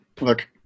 look